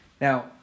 Now